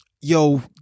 yo